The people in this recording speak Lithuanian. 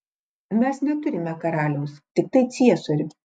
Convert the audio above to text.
mes neturime karaliaus tiktai ciesorių